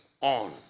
on